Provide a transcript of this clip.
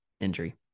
injury